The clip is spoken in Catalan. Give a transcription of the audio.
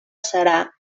serà